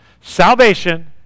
Salvation